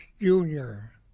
junior